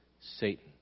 Satan